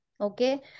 okay